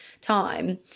time